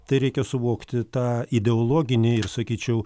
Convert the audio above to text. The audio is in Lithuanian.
tai reikia suvokti tą ideologinį ir sakyčiau